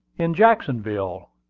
in jacksonville,